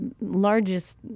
largest